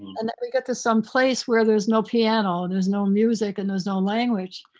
and then we get to someplace where there's no piano and there's no music and there's no language.